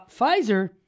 Pfizer